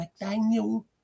McDaniel